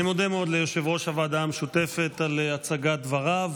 אני מודה מאוד ליושב-ראש הוועדה המשותפת על הצגת דבריו.